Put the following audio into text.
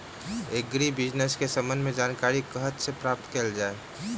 Agri business केँ संबंध मे जानकारी कतह सऽ प्राप्त कैल जाए?